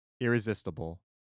Irresistible